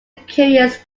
curious